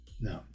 No